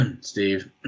Steve